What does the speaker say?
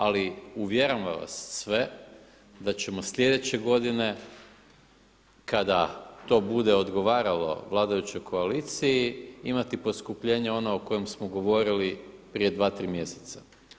Ali uvjeravam vas sve da ćemo sljedeće godine kada to bude odgovaralo vladajućoj koaliciji imati poskupljenje ono o kojem smo govorili prije dva, tri mjeseca.